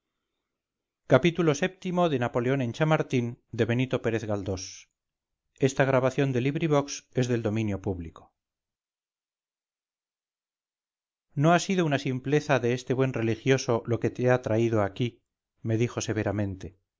xxvii xxviii xxix napoleón en chamartín de benito pérez galdós no ha sido una simpleza de este buen religioso lo que te ha traído aquí me dijo severamente